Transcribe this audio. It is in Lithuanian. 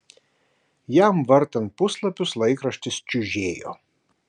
jam vartant puslapius laikraštis čiužėjo